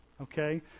okay